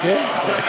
טוב.